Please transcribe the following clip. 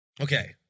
okay